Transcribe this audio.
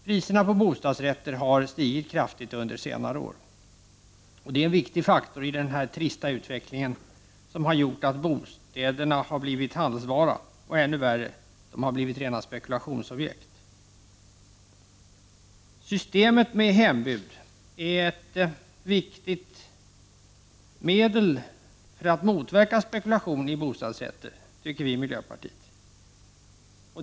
Priserna på bostadsrätter har stigit kraftigt under senare år. Det är en viktig faktor i den trista utveckling som har gjort att bostäderna har blivit en handelsvara och, ännu värre, rena spekulationsobjekt. Vi i miljöpartiet anser att systemet med hembud är ett viktigt medel för att motverka spekulation på bostäder.